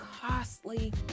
costly